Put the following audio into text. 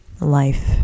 life